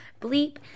Bleep